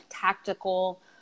tactical